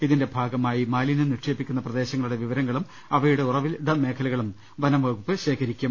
ഇതിന്റെ ഭാഗമായി മാലിന്യം നിക്ഷേപി ക്കുന്ന പ്രദേശങ്ങളുടെ വിവരങ്ങളും അവയുടെ ഉറവിട മേഖലകളും വനം വകുപ്പ് ശേഖരിക്കും